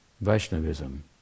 Vaishnavism